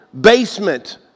basement